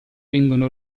vengono